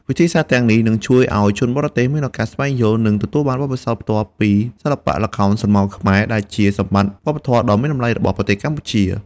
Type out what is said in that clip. វិធីសាស្រ្តទាំងនេះនឹងជួយឲ្យជនបរទេសមានឱកាសស្វែងយល់ និងទទួលបានបទពិសោធន៍ផ្ទាល់ពីសិល្បៈល្ខោនស្រមោលខ្មែរ ដែលជាសម្បត្តិវប្បធម៌ដ៏មានតម្លៃរបស់ប្រទេសកម្ពុជា។